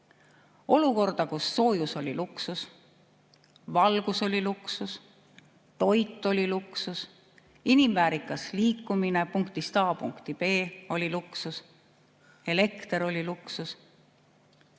olukorda, kus soojus oli luksus, valgus oli luksus, toit oli luksus, inimväärikas liikumine punktist A punkti B oli luksus, elekter oli luksus.